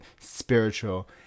spiritual